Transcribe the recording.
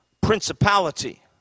Principality